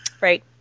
Right